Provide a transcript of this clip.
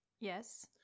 Yes